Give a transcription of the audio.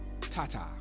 Tata